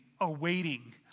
awaiting